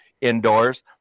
indoors